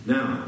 Now